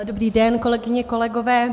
Dobrý den, kolegyně, kolegové.